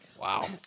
Wow